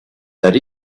that